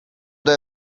the